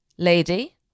Lady